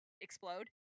explode